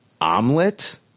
omelet